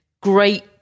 great